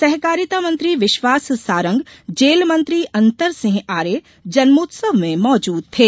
सहकारिता मंत्री विश्वास सारंग जेल मंत्री अंतर सिंह आर्य जन्मोत्सव में मौजूद थे